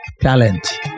Talent